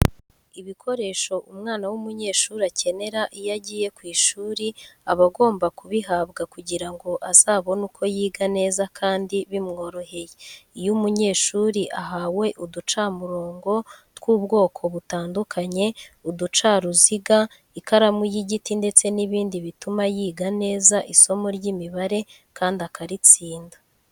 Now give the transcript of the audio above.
Ibikoresho umwana w'umunyeshuri akenera iyo agiye ku ishuri aba agomba kubihabwa kugira ngo azabone uko yiga neza kandi bimworoheye. Iyo umunyeshuri ahawe uducamurongo tw'ubwoko butandukanye, uducaruziga, ikaramu y'igiti ndetse n'ibindi bituma yiga neza isomo ry'imibare kandi akaritsinda.